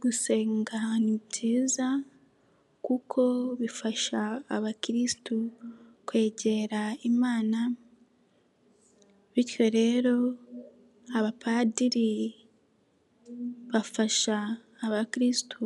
Gusenga ni byiza kuko bifasha abakirisitu kwegera Imana bityo rero abapadiri bafasha abakirisitu